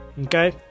Okay